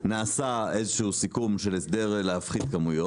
נעשה איזשהו סיכום של הסדר להפחית כמויות